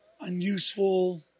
unuseful